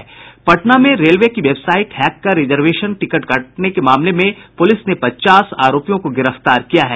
पटना में रेलवे की website hack कर रिजर्वेशन टिकट काटने के मामले में पुलिस ने पचास आरोपियों को गिरफ्तार किया है